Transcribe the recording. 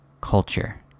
culture